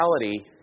reality